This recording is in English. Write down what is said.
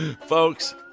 Folks